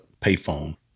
payphone